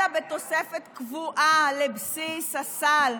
אלא בתוספת קבועה לבסיס הסל,